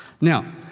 Now